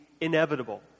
inevitable